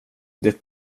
det